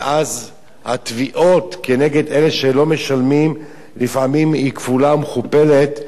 ואז התביעה כנגד אלה שלא משלמים לפעמים היא כפולה ומכופלת,